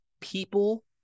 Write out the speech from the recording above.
people